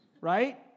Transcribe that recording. right